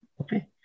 okay